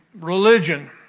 religion